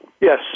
yes